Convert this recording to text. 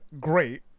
great